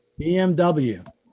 BMW